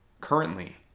currently